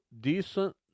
decent